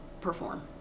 perform